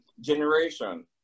generation